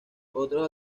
otros